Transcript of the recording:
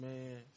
Man